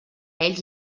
ells